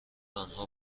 آنها